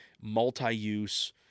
multi-use